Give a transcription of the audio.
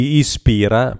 ispira